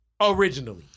originally